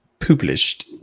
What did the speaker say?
Published